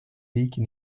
riiki